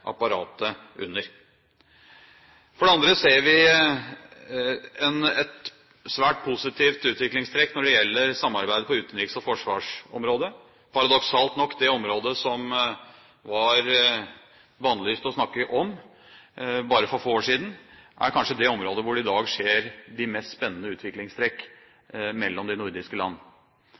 apparatet under. Vi ser et svært positivt utviklingstrekk når det gjelder samarbeidet på utenriks- og forsvarsområdet. Paradoksalt nok er det området som var bannlyst å snakke om bare for få år siden, kanskje det området hvor det i dag skjer de mest spennende utviklingstrekk mellom de nordiske land.